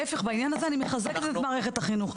להפך, בעניין הזה אני מחזקת את מערכת החינוך.